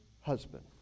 husband